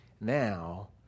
now